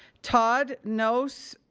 todd knouse,